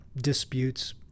disputes